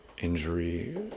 injury